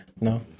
No